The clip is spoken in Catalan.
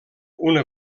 una